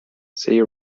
see